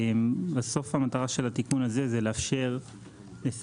בסוף המטרה של התיקון הזה זה לאפשר לשר